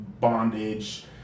bondage